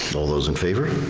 all those in favor? aye.